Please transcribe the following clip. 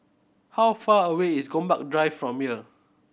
how far away is Gombak Drive from here